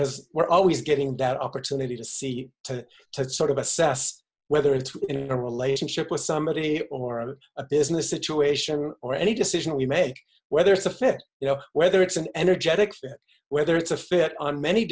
because we're always getting that opportunity to see to sort of assess whether it's in a relationship with somebody or about a business situation or any decision you made whether it's a flip you know whether it's an energetic that whether it's a fit on many